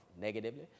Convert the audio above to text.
negatively